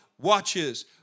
watches